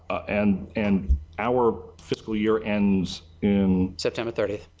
and and, our fiscal year end in settlement thirtieth?